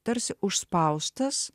tarsi užspaustas